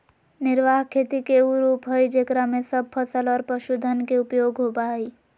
निर्वाह खेती के उ रूप हइ जेकरा में सब फसल और पशुधन के उपयोग होबा हइ